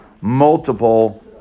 multiple